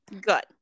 good